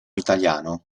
italiano